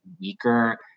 weaker